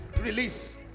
release